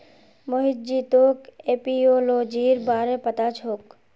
मोहित जी तोक एपियोलॉजीर बारे पता छोक